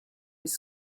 his